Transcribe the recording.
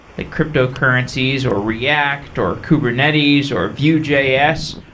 like cryptocurrencies, or react, or kubernetes, or vue js,